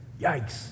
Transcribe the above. Yikes